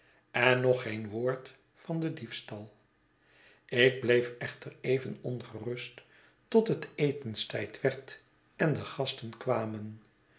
en nog geen woord van den diefstal ik bleef echter even ongerust tot het etenstijd werd en de gasten kwamen